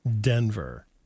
Denver